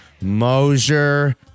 Mosier